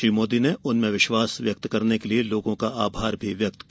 श्री मोदी ने उनमें विश्वास व्यक्त करने के लिए लोगों का आभार भी व्यक्त किया